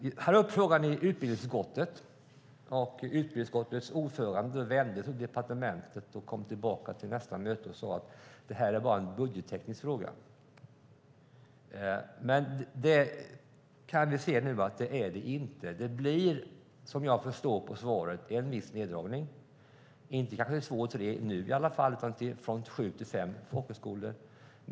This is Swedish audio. Frågan var också uppe i utbildningsutskottet, och utskottets ordförande vände sig till departementet och kom tillbaka till utskottet vid nästa möte och sade att det hela bara var en budgetteknisk fråga. Nu kan vi dock se att det inte är det. Det blir, som jag förstår på svaret, en viss neddragning. Det kanske inte blir så få som två eller tre nu, men man går från sju till fem folkhögskolor.